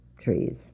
trees